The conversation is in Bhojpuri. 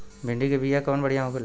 भिंडी के बिया कवन बढ़ियां होला?